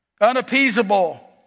unappeasable